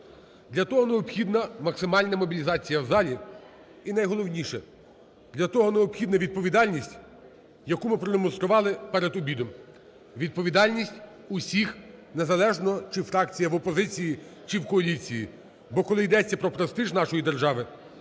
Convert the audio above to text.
Для того необхідна максимальна мобілізація у залі. І найголовніше – для того необхідна відповідальність, яку ми продемонстрували перед обідом, відповідальність усіх, незалежно чи фракція в опозиції, чи в коаліції. Бо коли йдеться про престиж нашої держави,